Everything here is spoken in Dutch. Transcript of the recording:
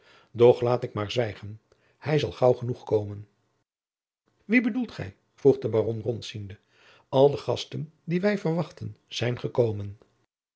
laat ik maar zwijgen hij zal gaauw genoeg komen wien bedoelt gij vroeg de baron rondziende al de gasten die wij verwachten zijn gekomen